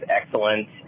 excellent